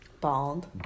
Bald